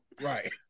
Right